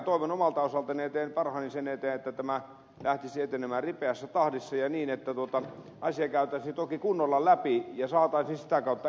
toivon omalta osaltani ja teen parhaani sen eteen että tämä lähtisi etenemään ripeässä tahdissa ja niin että asia käytäisiin toki kunnolla läpi ja saataisiin sitä kautta etenemään